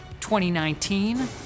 2019